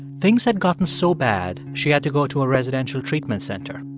things had gotten so bad, she had to go to a residential treatment center.